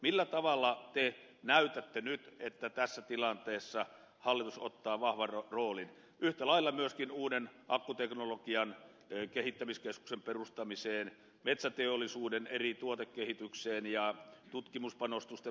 millä tavalla te näytätte nyt että tässä tilanteessa hallitus ottaa vahvan roolin yhtä lailla myöskin uuden akkuteknologian kehittämiskeskuksen perustamisessa metsäteollisuuden eri tuotekehityksissä ja tutkimuspanostusten voimakkaassa tukemisessa